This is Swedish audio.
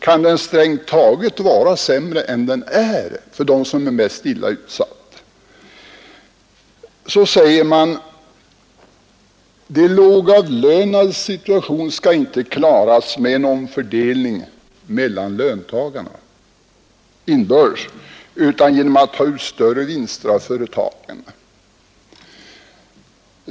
Kan den strängt taget vara sämre än den är för dem som är värst utsatta? Så säger man att de lågavlönades situation inte skall klaras med en omfördelning mellan löntagarna inbördes utan genom att man tar ut en större del av företagens vinster.